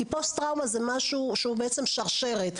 כי פוסט-טראומה הוא בעצם שרשרת.